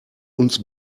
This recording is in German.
uns